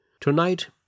Tonight